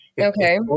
Okay